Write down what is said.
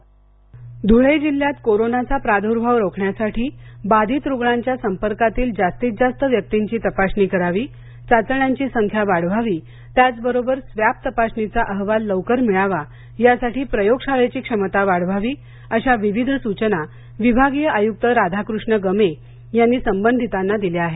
विभागिय आयक्त सचना धुळे जिल्ह्यात कोरोनाचा प्रादूर्भाव रोखण्यासाठी बाधित रुग्णांच्या संपर्कातील जास्तीत जास्त व्यक्तींची तपासणी करावी चाचण्यांची संख्या वाढवावी त्याचबरोबर स्वेंब तपासणीचा अहवाल लवकर मिळावा यासाठी प्रयोगशाळेची क्षमता वाढवावी अशा विविध सूचना विभागीय आयुक्त राधाकृष्ण गमे यांनी संबंधितांना दिल्या आहेत